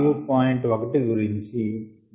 1 గురుంచి దాని సొల్యూషన్ గురించి చూసాము